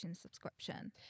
Subscription